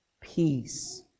Peace